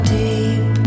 deep